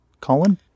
Colin